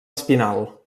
espinal